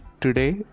today